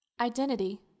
Identity